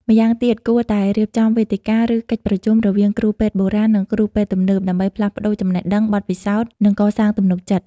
ម្យ៉ាងទៀត គួរតែរៀបចំវេទិកា ឬកិច្ចប្រជុំរវាងគ្រូពេទ្យបុរាណ និងគ្រូពេទ្យទំនើប ដើម្បីផ្លាស់ប្ដូរចំណេះដឹង បទពិសោធន៍ និងកសាងទំនុកចិត្ត។